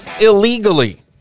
illegally